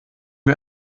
wir